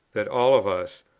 that all of us,